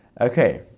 Okay